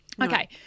Okay